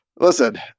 Listen